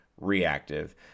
reactive